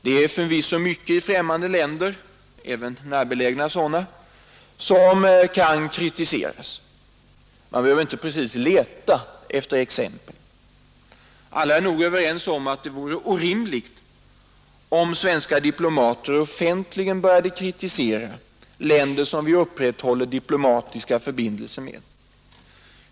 Det finns förvisso mycket i främmande länder, även närbelägna sådana, som kan kritiseras. Man behöver inte precis leta efter exempel. Alla är nog överens om att det vore orimligt om svenska diplomater offentligen började kritisera länder som vi upprätthåller diplomatiska förbindelser med.